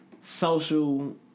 social